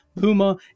Puma